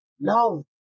Love